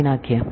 ી નાખ્યા